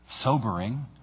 sobering